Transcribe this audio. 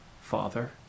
father